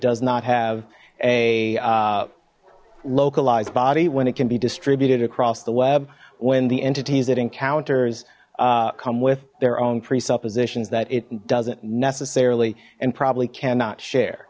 does not have a localized body when it can be distributed across the web when the entities it encounters come with their own presuppositions that it doesn't necessarily and probably cannot share